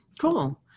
Cool